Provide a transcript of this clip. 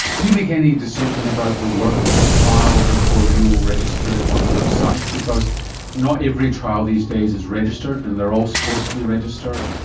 do you make any decision about the worth of a trial before you will register it on your site? because not every trial these days is registered and they are all supposed to be registered,